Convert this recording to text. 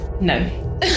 no